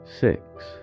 six